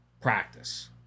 practice